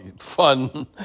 fun